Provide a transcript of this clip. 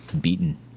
beaten